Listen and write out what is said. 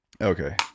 Okay